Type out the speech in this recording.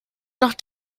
nach